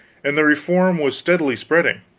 and the reform was steadily spreading.